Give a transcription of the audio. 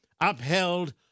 upheld